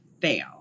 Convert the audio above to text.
fail